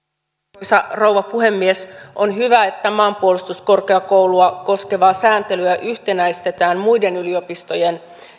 arvoisa rouva puhemies on hyvä että maanpuolustuskorkeakoulua koskevaa sääntelyä yhtenäistetään muiden yliopistojen